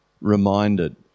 reminded